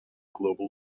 global